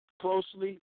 Closely